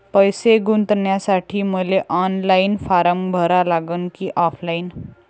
पैसे गुंतन्यासाठी मले ऑनलाईन फारम भरा लागन की ऑफलाईन?